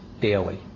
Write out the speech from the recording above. daily